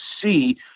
see